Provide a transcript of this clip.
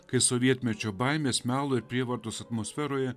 kai sovietmečio baimės melo ir prievartos atmosferoje